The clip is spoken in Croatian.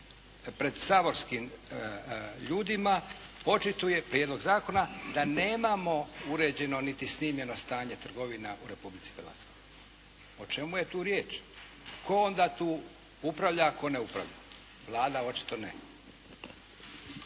pred saborskim ljudima očituje, prijedlog zakona da nemamo uređeno niti snimljeno stanje trgovina u Republici Hrvatskoj. O čemu je tu riječ? Tko onda tu upravlja a tko ne upravlja? Vlada očito ne.